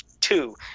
two